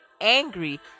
angry